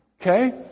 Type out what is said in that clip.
okay